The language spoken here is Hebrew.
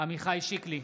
עמיחי שיקלי,